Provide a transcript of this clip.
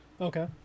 Okay